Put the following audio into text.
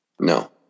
No